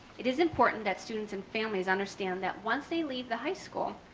it is important that students and families understand that once they leave the high school,